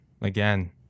again